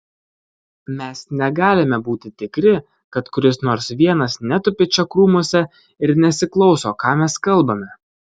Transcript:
mes negalime būti tikri kad kuris nors vienas netupi čia krūmuose ir nesiklauso ką mes kalbame